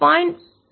5 divided by 2